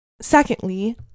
Secondly